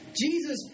Jesus